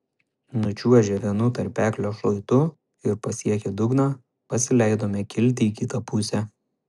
nučiuožę vienu tarpeklio šlaitu ir pasiekę dugną pasileidome kilti į kitą pusę